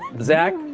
zach,